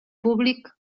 públic